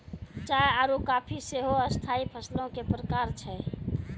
चाय आरु काफी सेहो स्थाई फसलो के प्रकार छै